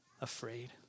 afraid